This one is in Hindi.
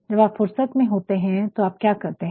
जब आप फुर्सत में होते हैं तो आप क्या करते हैं